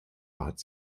bat